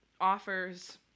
offers